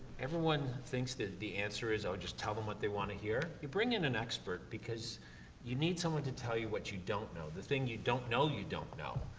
everyone thinks that the answer is, oh, tell them what they wanna hear. you bring in an expert because you need someone to tell you what you don't know, the thing you don't know you don't know.